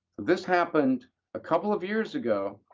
this happened a couple of years ago,